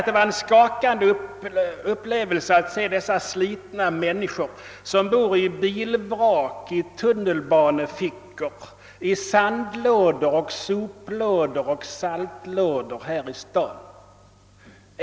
Det var en skakande upplevelse att se dessa slitna människor som bor i bilvrak, tunnelbanefickor, sandlådor, soplådor och saltlådor här i Stockholm.